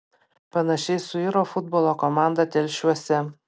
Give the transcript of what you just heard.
panašiai suiro futbolo komanda telšiuose